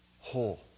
whole